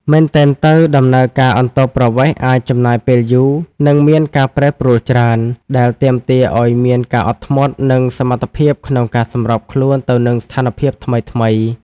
មែនទែនទៅ ដំណើរការអន្តោប្រវេសន៍អាចចំណាយពេលយូរ និងមានការប្រែប្រួលច្រើន ដែលទាមទារឱ្យមានការអត់ធ្មត់ និងសមត្ថភាពក្នុងការសម្របខ្លួនទៅនឹងស្ថានភាពថ្មីៗ។